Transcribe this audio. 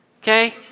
okay